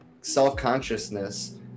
self-consciousness